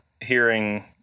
hearing